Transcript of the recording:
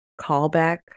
callback